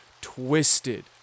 twisted